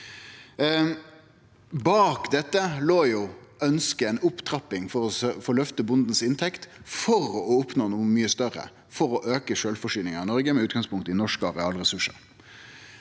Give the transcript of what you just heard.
Bak dette låg ønsket om ei opptrapping for å løfte bondens inntekt for å oppnå noko mykje større: å auke sjølvforsyninga i Noreg med utgangspunkt i norske arealressursar.